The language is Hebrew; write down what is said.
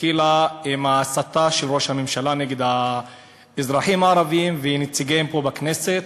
התחילה עם ההסתה של ראש הממשלה נגד האזרחים הערבים ונציגיהם פה בכנסת,